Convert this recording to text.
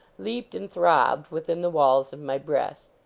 leaped and throbbed within the walls of my breast.